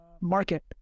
market